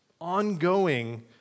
ongoing